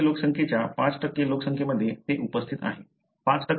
भारतीय लोकसंख्येच्या 5 लोकसंख्येमध्ये ते उपस्थित आहे